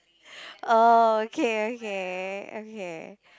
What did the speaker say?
oh okay okay okay